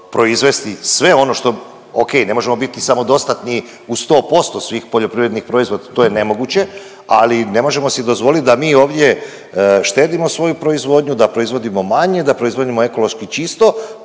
proizvesti sve ono što, okej ne možemo biti samodostatni u 100% svih poljoprivrednih proizvoda, to je nemoguće, ali ne možemo si dozvolit da mi ovdje štedimo svoju proizvodnju, da proizvodimo manje, da proizvodimo ekološki čisto,